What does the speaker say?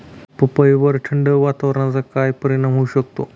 पपईवर थंड वातावरणाचा काय परिणाम होऊ शकतो?